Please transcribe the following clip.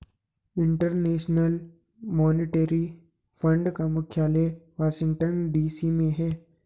international monetary fund का मुख्यालय Washington DC में है